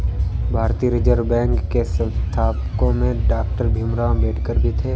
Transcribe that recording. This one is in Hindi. भारतीय रिजर्व बैंक के संस्थापकों में डॉक्टर भीमराव अंबेडकर भी थे